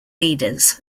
leaders